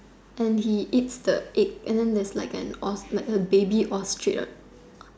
and he eats the egg and then there's like an os~ uh like a baby ostrich